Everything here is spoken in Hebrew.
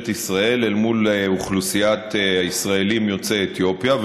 ישראל אל מול אוכלוסיית הישראלים יוצאי אתיופיה.